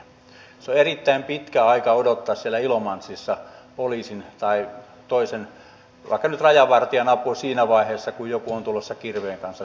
se on erittäin pitkä aika odottaa siellä ilomantsissa poliisin tai jonkun toisen vaikka nyt rajavartijan apua siinä vaiheessa kun joku on tulossa kirveen kanssa siitä ovesta läpi